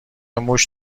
موش